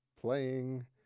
Playing